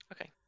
Okay